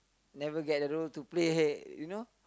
never get a role to play you know